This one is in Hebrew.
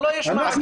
הוא לא ישמע את זה.